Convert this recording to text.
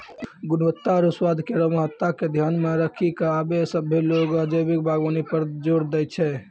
गुणवत्ता आरु स्वाद केरो महत्ता के ध्यान मे रखी क आबे सभ्भे लोग जैविक बागबानी पर जोर दै छै